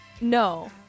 No